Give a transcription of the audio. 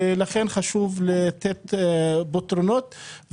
לכן חשוב לתת פתרונות.